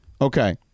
Okay